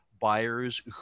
buyers